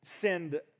send